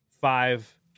five